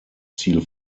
ziel